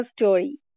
story